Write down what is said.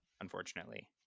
unfortunately